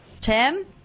Tim